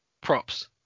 props